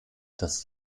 das